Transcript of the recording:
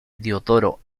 diodoro